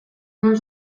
lehen